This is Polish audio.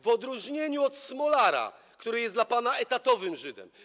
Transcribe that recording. w odróżnieniu od Smolara, który jest dla pana etatowym żydem.